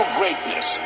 greatness